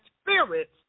spirits